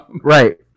Right